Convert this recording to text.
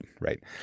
Right